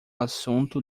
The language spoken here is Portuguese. assunto